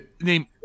name